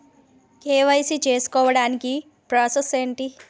KYC చేసుకోవటానికి process ఏంటి?